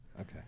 Okay